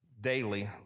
daily